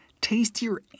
tastier